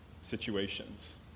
situations